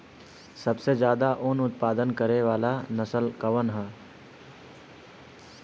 सबसे ज्यादा उन उत्पादन करे वाला नस्ल कवन ह?